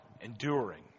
enduring